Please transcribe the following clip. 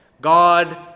God